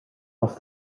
off